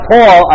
Paul